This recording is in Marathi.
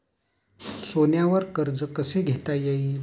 सोन्यावर कर्ज कसे घेता येईल?